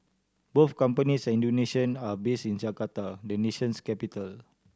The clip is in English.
both companies are Indonesian and based in Jakarta the nation's capital